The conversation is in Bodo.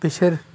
बिसोर